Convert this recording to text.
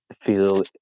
feel